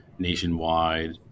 nationwide